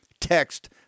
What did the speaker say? Text